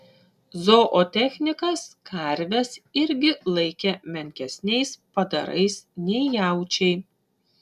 zootechnikas karves irgi laikė menkesniais padarais nei jaučiai